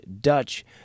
Dutch